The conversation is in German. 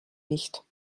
nicht